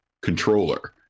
controller